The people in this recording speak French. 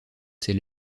ses